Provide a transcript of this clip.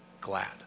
glad